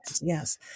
yes